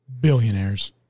Billionaires